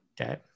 okay